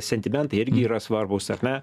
sentimentai irgi yra svarbūs ar ne